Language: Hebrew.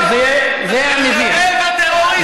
מחבל טרוריסט, ערפאת.